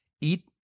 eat